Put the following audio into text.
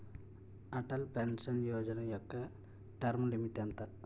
Atal pension Yojana యెక్క term limit ఎంత?